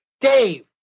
Dave